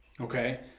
okay